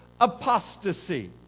apostasy